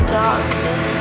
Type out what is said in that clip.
darkness